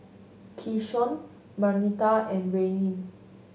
Keshaun Marnita and Rayne